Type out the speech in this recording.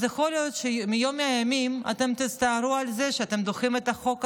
אז יכול להיות שביום מן הימים אתם תצטערו על זה שאתם דוחים את החוק הזה,